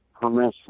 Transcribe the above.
permission